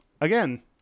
Again